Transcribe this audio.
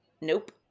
Nope